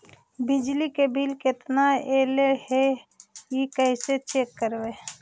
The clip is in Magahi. बिजली के बिल केतना ऐले हे इ कैसे चेक करबइ?